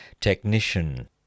technician